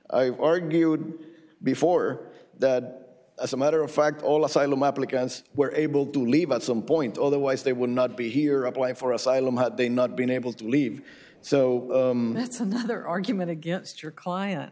i've argued before that as a matter of fact all asylum applicants were able to leave at some point otherwise they would not be here apply for asylum had they not been able to leave so that's another argument against your client